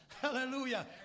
Hallelujah